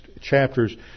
chapters